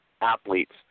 athletes